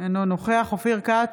אינו נוכח אופיר כץ,